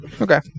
okay